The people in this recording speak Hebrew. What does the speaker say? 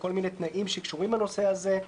כל מיני תנאים שקשורים לנושא הזה,